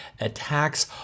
attacks